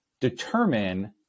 determine